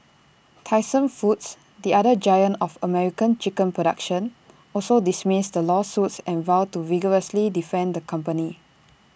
Tyson foods the other giant of American chicken production also dismissed the lawsuits and vowed to vigorously defend the company